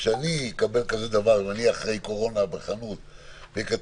אני חושב שזה אינטרס של הוועדה שזה יופיע כי זה